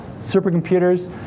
supercomputers